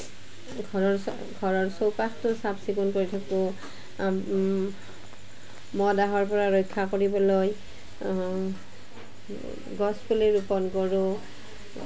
ঘৰৰ ঘৰৰ চৌপাশটো চাফ চিকুণ কৰি থাকোঁ পৰা ৰক্ষা কৰিবলৈ গছপুলি ৰোপণ কৰোঁ